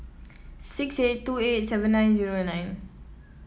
six eight two eight seven nine zero nine